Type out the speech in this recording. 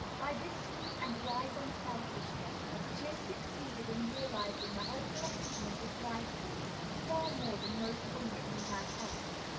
by this sweet and wise unselfishness she has succeeded in realizing the whole blessedness of wifehood far more than most women who have health.